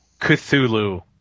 cthulhu